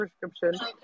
prescription